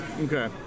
Okay